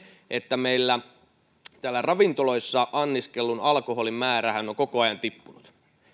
että meillä ravintoloissa anniskellun alkoholin määrä on koko ajan tippunut